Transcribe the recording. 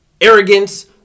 arrogance